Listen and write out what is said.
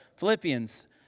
Philippians